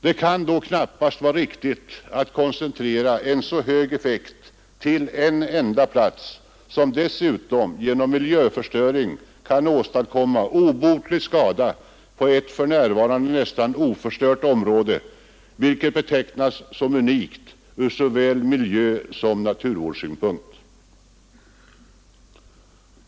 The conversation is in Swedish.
Det kan då knappast vara riktigt att till en enda plats koncentrera ett verk med så hög effekt, som dessutom genom miljöförstöring kan åstadkomma obotlig skada på ett för närvarande nästan oförstört område, vilket betecknas som unikt från såväl miljösom naturvårdssynpunkt.